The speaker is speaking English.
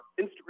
instagram